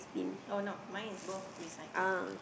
oh no mine is both recycling